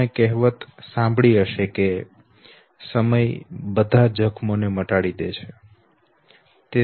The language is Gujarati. તમે કહેવત સાંભળી હશે કે "સમય બધા જખમો ને મટાડી દે છે"